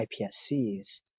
IPSCs